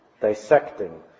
Dissecting